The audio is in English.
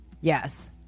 Yes